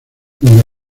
donde